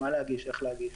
איך להגיש,